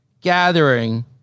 gathering